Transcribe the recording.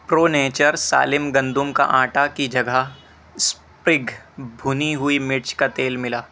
پرو nature سالم گندم کا آنٹا کی جگہ اسپگ بھنی ہوئی مرچ کا تیل ملا